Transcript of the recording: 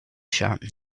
sharp